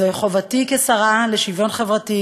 זוהי חובתי כשרה לשוויון חברתי,